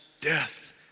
death